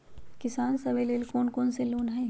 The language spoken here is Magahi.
किसान सवे लेल कौन कौन से लोने हई?